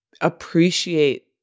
appreciate